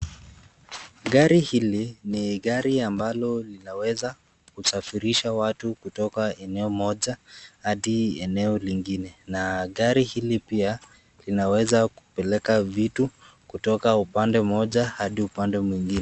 Gari hili ni gari ambalo linaweza kusafirisha watu kutoka eneo moja hadi eneo lingine na gari hili pia linaweza kupeleka vitu kutoka upande moja hadi upande mwingine.